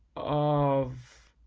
of